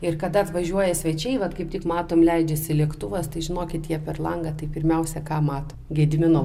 ir kada atvažiuoja svečiai vat kaip tik matom leidžiasi lėktuvas tai žinokit jie per langą tai pirmiausia ką mato gedimino